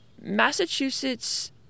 Massachusetts